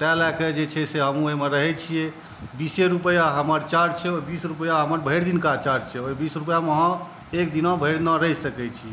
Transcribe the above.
तेँ लए कऽ जे छै से हमहूँ एहिमे रहै छियै बीसे रुपैआ हमर चार्ज छै ओ बीस रुपैआ हमर भरि दिनका चार्ज छै ओ बीस रुपैआमे अहाँ एकदिना भरिदिना रहि सकै छी